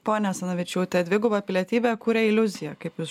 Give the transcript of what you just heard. ponia asanavičiūte dviguba pilietybė kuria iliuziją kaip jūs